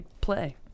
play